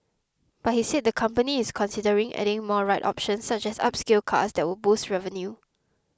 but he said the company is considering adding more ride options such as upscale cars that would boost revenue